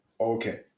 Okay